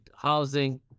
housing